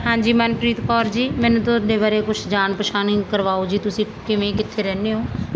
ਹਾਂਜੀ ਮਨਪ੍ਰੀਤ ਕੌਰ ਜੀ ਮੈਨੂੰ ਤੁਹਾਡੇ ਬਾਰੇ ਕੁਝ ਜਾਣ ਪਛਾਣ ਕਰਵਾਓ ਜੀ ਤੁਸੀਂ ਕਿਵੇਂ ਕਿੱਥੇ ਰਹਿੰਦੇ ਹੋ